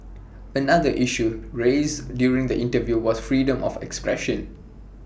another issue raised during the interview was freedom of expression